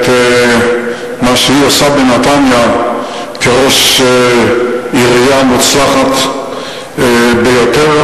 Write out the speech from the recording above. את מה שהיא עושה בנתניה כראש עירייה מוצלחת ביותר,